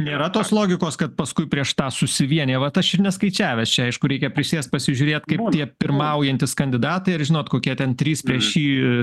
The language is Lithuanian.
nėra tos logikos kad paskui prieš tą susivienija vat aš ir neskaičiavęs čia aišku reikia prisėst pasižiūrėti kaip tie pirmaujantys kandidatai ar žinot kokie ten trys prieš jį